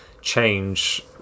change